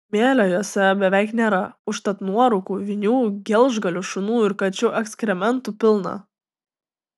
smėlio jose beveik nėra užtat nuorūkų vinių gelžgalių šunų ir kačių ekskrementų pilna